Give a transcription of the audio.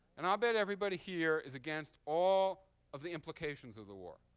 and i'll bet everybody here is against all of the implications of the war.